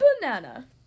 Banana